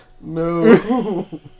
No